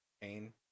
pain